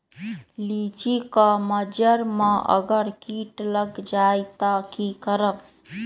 लिचि क मजर म अगर किट लग जाई त की करब?